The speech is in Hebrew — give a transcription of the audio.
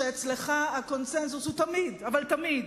ואצלך הקונסנזוס הוא תמיד, אבל תמיד,